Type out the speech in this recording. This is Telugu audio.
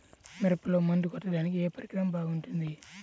మిరపలో మందు కొట్టాడానికి ఏ పరికరం బాగుంటుంది?